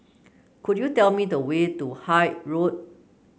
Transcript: could you tell me the way to Hythe Road